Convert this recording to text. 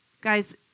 Guys